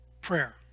prayer